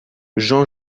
jean